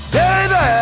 Baby